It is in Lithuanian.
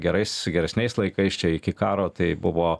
gerais geresniais laikais čia iki karo tai buvo